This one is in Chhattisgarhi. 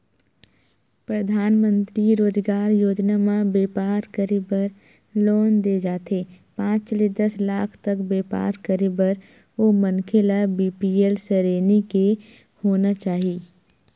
परधानमंतरी रोजगार योजना म बेपार करे बर लोन दे जाथे पांच ले दस लाख तक बेपार करे बर ओ मनखे ल बीपीएल सरेनी के होना चाही